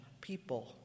people